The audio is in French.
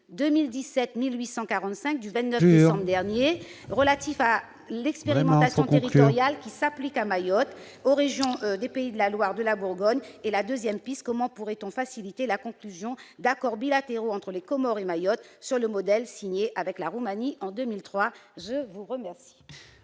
2017-1845 du 29 décembre 2017 relatif à l'expérimentation territoriale qui s'applique à Mayotte, ainsi qu'aux régions Pays de la Loire et Bourgogne-Franche-Comté ? Deuxièmement, comment pourrait-on faciliter la conclusion d'accords bilatéraux entre les Comores et Mayotte, sur le modèle signé avec la Roumanie en 2003 ? La parole